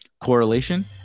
correlation